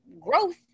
growth